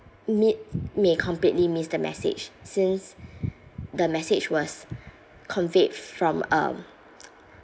may completely miss the message since the message was conveyed from um